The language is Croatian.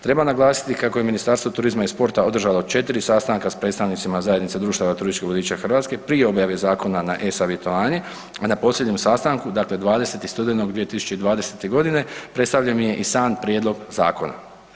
Treba naglasiti kako je Ministarstvo turizma i sporta održalo 4 sastanka s predstavnicima Zajednice društava turističkih vodiča Hrvatske prije objave zakona na e-savjetovanje, a na posljednjem sastanku dakle 20. studenog 2020.g. predstavljen je i sam prijedlog zakona.